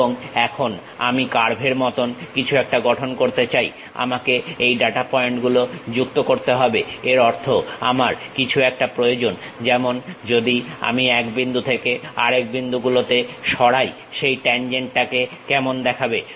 এবং এখন আমি কার্ভের মতন কিছু একটা গঠন করতে চাই আমাকে এই ডাটা পয়েন্ট গুলো যুক্ত করতে হবে এর অর্থ আমার কিছু একটা প্রয়োজন যেমন যদি আমি এক বিন্দু থেকে আরেক বিন্দু গুলোতে সরাই সেই ট্যানজেন্ট টাকে কেমন দেখাবে